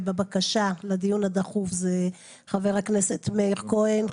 בבקשה לדיון דחוף חברי הכנסת מאיר כהן,